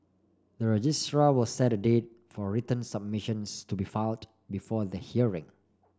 the registrar will set a date for written submissions to be filed before the hearing